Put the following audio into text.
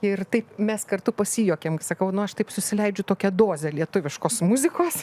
ir taip mes kartu pasijuokėm sakau nu aš taip susileidžiu tokią dozę lietuviškos muzikos